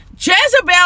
Jezebel